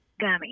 gummy